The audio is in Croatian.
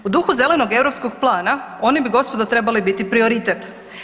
U duhu Zelenog europskog plana oni bi gospodo trebali biti prioritet.